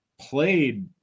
played